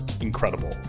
incredible